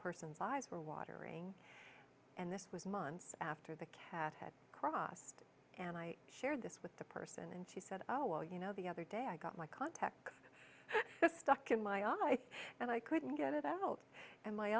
person's eyes were watering and this was months after the cat had crossed and i shared this with them and she said oh well you know the other day i got my contact stuck in my eye and i couldn't get it out and my